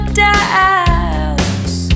doubts